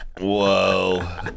whoa